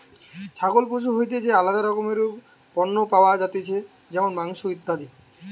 ছাগল পশু হইতে যে আলাদা রকমের পণ্য পাওয়া যাতিছে যেমন মাংস, ইত্যাদি